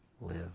live